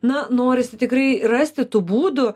na norisi tikrai rasti tų būdų